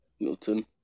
Milton